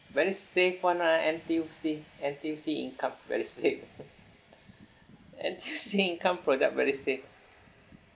very safe one ah N_T_U_C N_T_U_C income very safe N_T_U_C income product very safe